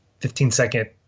15-second